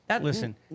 Listen